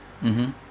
mmhmm